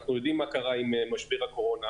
אנחנו יודעים מה קרה עם משבר הקורונה,